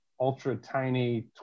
ultra-tiny